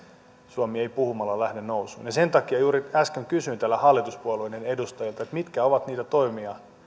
suomi ei puhumalla lähde nousuun ja sen takia juuri äsken kysyin täällä hallituspuolueiden edustajilta mitkä ovat niitä toimia